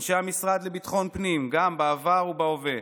אנשי המשרד לביטחון הפנים בעבר ובהווה,